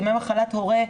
ימי מחלת הורה,